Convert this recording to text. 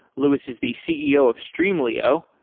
lewis is the ceo of streamlio,